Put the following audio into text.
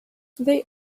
they